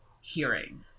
hearing